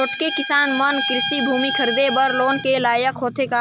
छोटके किसान मन कृषि भूमि खरीदे बर लोन के लायक होथे का?